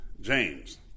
James